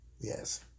Yes